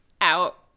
out